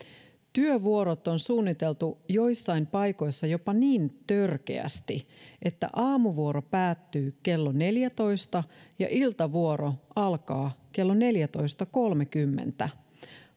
työvuorot on suunniteltu joissain paikoissa jopa niin törkeästi että aamuvuoro päättyy kello neljätoista ja iltavuoro alkaa kello neljätoista kolmekymmentä